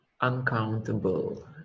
uncountable